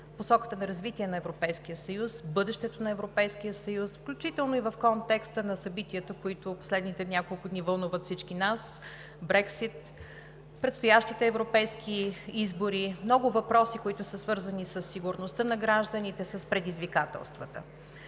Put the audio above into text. посоката на развитие на Европейския съюз, бъдещето на Европейския съюз, включително и в контекст на събитията, които в последните няколко дни вълнуват всички нас – Брекзит, предстоящите европейски избори, много въпроси, които са свързани със сигурността на гражданите, с предизвикателствата.